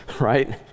right